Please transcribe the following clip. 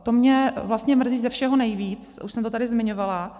To mě vlastně mrzí ze všeho nejvíc, už jsem to tady zmiňovala.